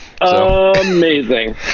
amazing